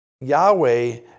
Yahweh